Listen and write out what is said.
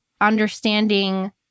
understanding